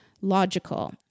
logical